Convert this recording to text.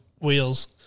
wheels